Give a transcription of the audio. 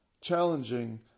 challenging